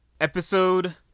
Episode